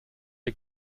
ihr